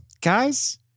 guys